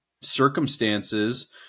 circumstances